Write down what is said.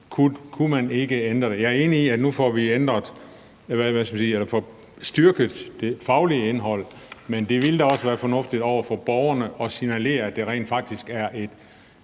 Kunne man ikke ændre det? Jeg er enig i, at vi nu får styrket det faglige indhold, men det vil da også være fornuftigt over for borgerne at signalere, at det rent faktisk er et